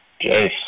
Yes